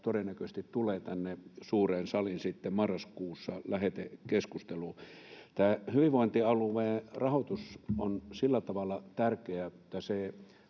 todennäköisesti tulee tänne suureen saliin sitten marraskuussa lähetekeskusteluun. Tämä hyvinvointialueiden rahoitus on sillä tavalla tärkeä, että se